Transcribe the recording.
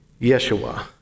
Yeshua